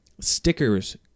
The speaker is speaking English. stickers